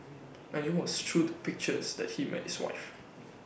and IT was through the pictures that he met his wife